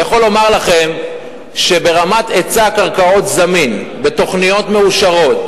אני יכול לומר לכם שברמת היצע קרקעות זמין בתוכניות מאושרות,